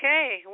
Okay